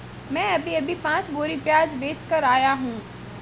मैं अभी अभी पांच बोरी प्याज बेच कर आया हूं